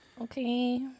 Okay